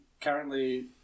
currently